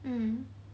mm